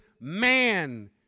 man